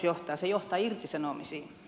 se johtaa irtisanomisiin